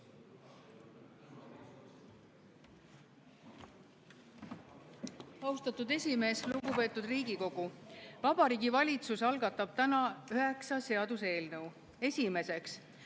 Austatud esimees! Lugupeetud Riigikogu! Vabariigi Valitsus algatab täna üheksa seaduseelnõu. Esimeseks,